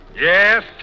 Yes